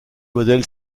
modèle